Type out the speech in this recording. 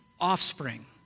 offspring